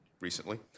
recently